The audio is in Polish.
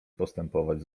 postępować